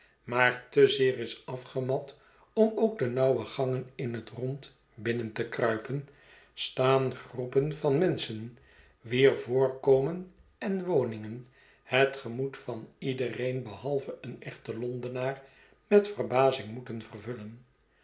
maar te zeer is afgemat om ook de nauwe gangen in het rond binnen te kruipen staan groepen van menschen wier voorkomen en woningen het gemoed van iedereen behalve een echten londenaar met verbazing moeten vervullen